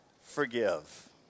forgive